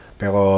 pero